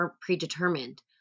predetermined